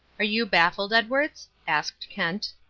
are you baffled, edwards? asked kent.